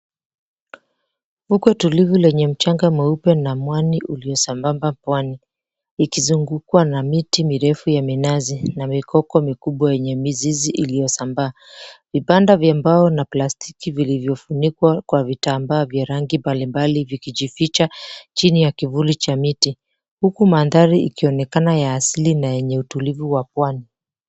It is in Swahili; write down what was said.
Fukwe tulivu lenye mchanga mweupe na mwani uliosambamba. Pwani ukizungukwa na miti mirefu ya minazi na mikoko mikubwa yenye mizizi iliyosambaa, vibanda vya mbao na plastiki vilivyofunikwa kwa vitambaa vya rangi mbalimbali vikijificha chini ya kivuli cha miti huku mandhari ikionekana ya asili na yenye utulivu wa pwani.